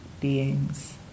beings